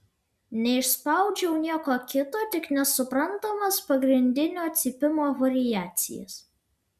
neišspaudžiau nieko kito tik nesuprantamas pagrindinio cypimo variacijas